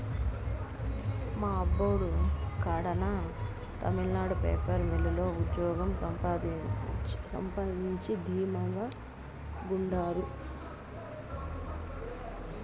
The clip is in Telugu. మా అబ్బోడు కడాన తమిళనాడు పేపర్ మిల్లు లో ఉజ్జోగం సంపాయించి ధీమా గుండారు